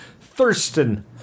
Thurston